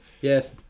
Yes